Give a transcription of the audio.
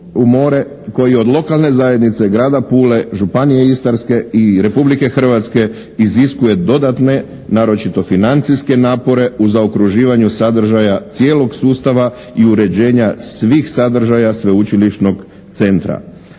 koji od lokalne zajednice Grada Pule, županije Istarske i Republike Hrvatske iziskuje dodatne naročito financijske napore u zaokruživanju sadržaja cijelog sustava i uređenja svih sadržaja sveučilišnog centra.